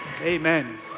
Amen